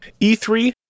E3